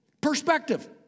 Perspective